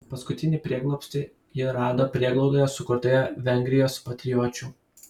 paskutinį prieglobstį ji rado prieglaudoje sukurtoje vengrijos patriočių